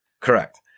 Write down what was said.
Correct